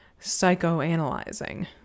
psychoanalyzing